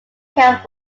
house